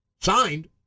signed